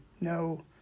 no